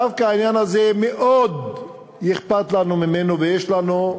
העניין הזה דווקא מאוד אכפת לנו ממנו, ויש לנו,